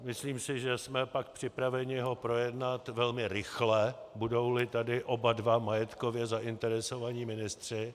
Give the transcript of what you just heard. Myslím si, že jsme pak připraveni ho projednat velmi rychle, budouli tady oba dva majetkově zainteresovaní ministři.